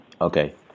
Okay